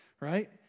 right